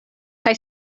kaj